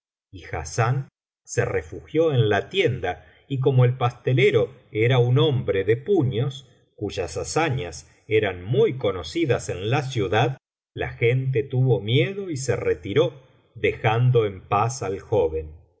y hassán se refugió en la tienda y como el pastelero era un hombre de puños cuyas hazañas eran muy conocidas en la ciudad la gente tuvo miedo y se retiró dejando en paz al joven